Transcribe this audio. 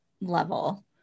level